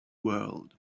world